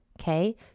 okay